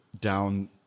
down